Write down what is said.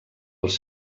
els